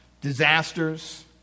Disasters